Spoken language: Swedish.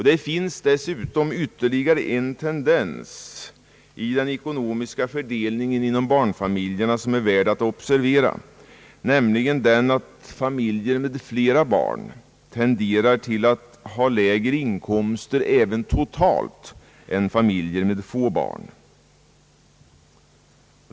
Det finns dessutom ytterligare en tendens när det gäller inkomstfördelningen för barnfamiljerna, som är värd att observera, nämligen att familjer med flera barn tenderar att ha lägre inkomster även totalt än familjer med få barn.